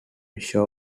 show